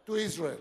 to Israel,